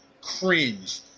cringe